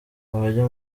abajya